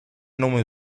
nome